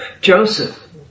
Joseph